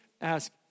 ask